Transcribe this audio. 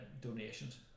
donations